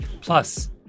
plus